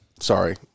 sorry